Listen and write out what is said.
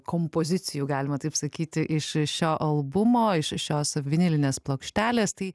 kompozicijų galima taip sakyti iš šio albumo iš šios vinilinės plokštelės tai